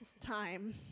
time